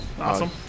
Awesome